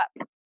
up